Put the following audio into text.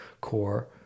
core